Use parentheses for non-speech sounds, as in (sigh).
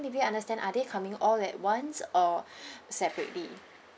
maybe understand are they coming all at once or (breath) separately